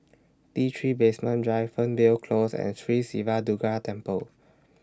T three Basement Drive Fernvale Close and Sri Siva Durga Temple